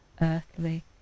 earthly